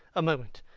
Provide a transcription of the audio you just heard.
a moment.